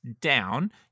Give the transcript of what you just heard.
down